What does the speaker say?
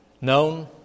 known